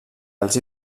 els